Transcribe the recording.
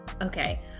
Okay